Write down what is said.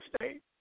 State